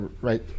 right